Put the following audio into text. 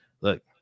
look